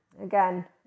again